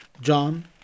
John